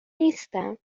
نیستم